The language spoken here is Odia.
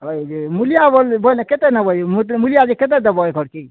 ହଏ ଯେ ମୂଲିଆ ବୋଇଲେ କେତେ ନବ ଯେ ମୂଲିଆ ଯେ କେତେ ଦେବ ଖର୍ଚ୍ଚ